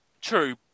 True